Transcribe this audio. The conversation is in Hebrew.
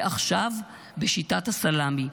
ועכשיו בשיטת הסלאמי.